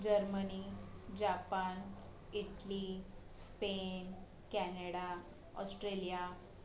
Germany Japan Italy Spain Canada Australia